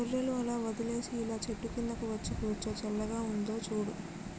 గొర్రెలు అలా వదిలేసి ఇలా చెట్టు కిందకు వచ్చి కూర్చో చల్లగా ఉందో చూడు